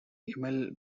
emil